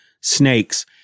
snakes